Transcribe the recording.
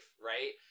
right